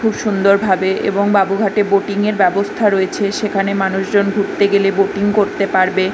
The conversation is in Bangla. খুব সুন্দরভাবে এবং বাবুঘাটে বোটিং এর ব্যবস্থা রয়েছে সেখানে মানুষজন ঘুরতে গেলে বোটিং করতে পারবে